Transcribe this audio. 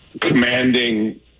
commanding